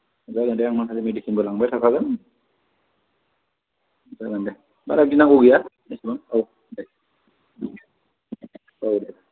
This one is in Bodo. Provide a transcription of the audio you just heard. जागोन दे आं माखासे मेदिसिनबो लांबाय थाखागोन जागोन दे बारा गिनांगौ गैया एसेबां औ दे जायो दे